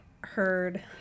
heard